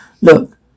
Look